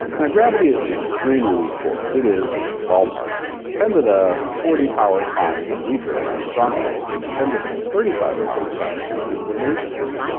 now gravity is an extremely weak force. it is ballpark ten to the forty power times weaker than the strong force and ten to the thirty five power times weaker than the weak force.